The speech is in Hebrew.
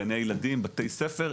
גני ילדים ובתי ספר,